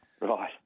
Right